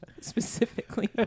specifically